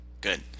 Good